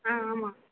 ஆ ஆமாம்